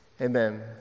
amen